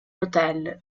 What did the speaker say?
hotel